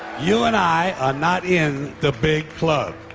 you and i are not in the big club.